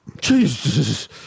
Jesus